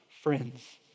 friends